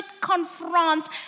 confront